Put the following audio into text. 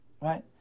Right